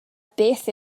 beth